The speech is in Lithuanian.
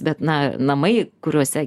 bet na namai kuriuose